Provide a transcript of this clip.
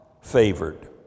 favored